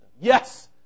Yes